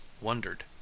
wondered